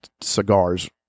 cigars